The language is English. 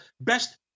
Best